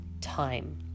time